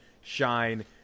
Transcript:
shine